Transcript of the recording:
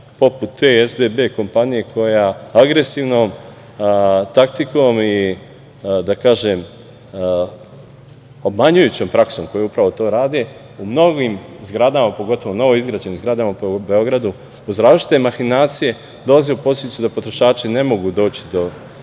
poput te SBB kompanije, koja agresivnom taktikom i, da kažem, obmanjujućom praksom, koji upravo to rade, u mnogim zgradama, pogotovo novoizgrađenim zgradama po Beogradu, uz različite mahinacije dolaze u poziciju da potrošači ne mogu doći do